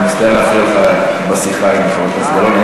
אני מצטער להפריע לך בשיחה עם חברת הכנסת גלאון.